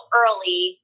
early